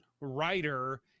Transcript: writer